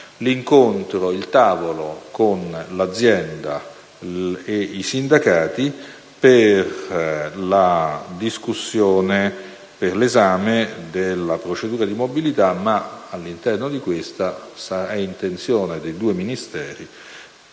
luglio il tavolo con l'azienda e i sindacati per l'esame della procedura di mobilità, ma all'interno di questo è intenzione dei due Ministeri